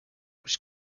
which